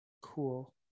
Cool